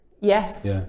Yes